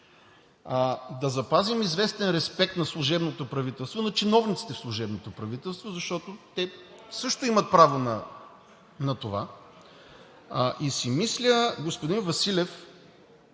да запазим известен респект на служебното правителство, на чиновниците в служебното правителство, защото те също имат право на това. Мисля си, господин Василев,